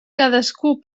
cadascú